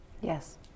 Yes